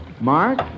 Mark